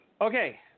Okay